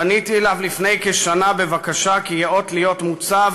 פניתי אליו לפני כשנה בבקשה כי ייאות להיות מוצב